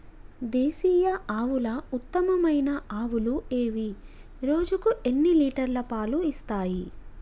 దేశీయ ఆవుల ఉత్తమమైన ఆవులు ఏవి? రోజుకు ఎన్ని లీటర్ల పాలు ఇస్తాయి?